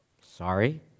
Sorry